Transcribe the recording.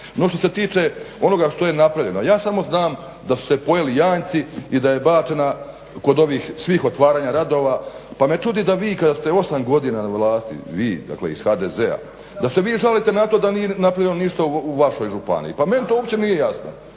No, što se tiče onoga što je napravljeno. Ja samo znam da su se pojeli janjci i da je bačena kod ovih svih otvaranja radova, pa me čudi da vi kada ste osam godina na vlasti, vi dakle iz HDZ-a da se vi žalite na to da nije napravljeno ništa u vašoj županiji. Pa meni to uopće nije jasno.